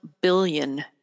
billion